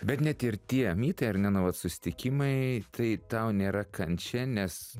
bet net ir tie mitai ar ne nu vat susitikimai tai tau nėra kančia nes